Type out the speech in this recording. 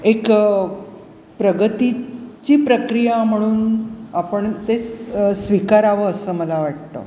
एक प्रगती ची प्रक्रिया म्हणून आपण ते स्वीकारावं असं मला वाटतं